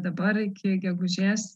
dabar iki gegužės